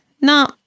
no